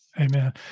Amen